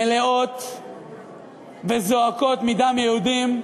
מלאות וזועקות מדם יהודים.